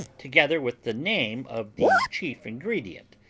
together with the name of the chief ingredient,